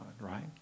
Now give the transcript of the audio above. right